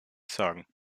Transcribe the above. sagen